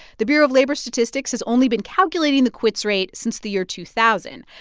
the bureau of labor statistics has only been calculating the quits rate since the year two thousand.